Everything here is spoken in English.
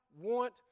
want